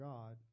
God